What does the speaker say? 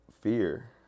fear